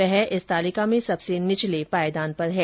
वह इस तालिका में सबसे निचले पायदान पर है